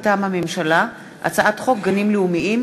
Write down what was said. מטעם הממשלה: הצעת חוק גנים לאומיים,